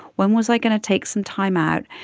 when was i going to take some time out,